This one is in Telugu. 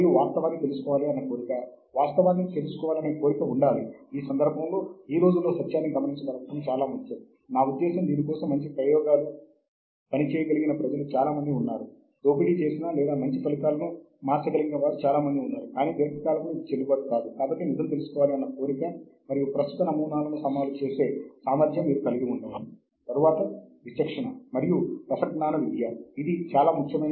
మరియు అటువంటి చొరవ ఇప్పుడు అందుబాటులో ఉంది మరియు ఈ సంఖ్య డిజిటల్ ఆబ్జెక్ట్ ఐడెంటిఫైయర్ అనే పేరుతో మనకు అందుబాటులో ఉంది అది DOI సంఖ్య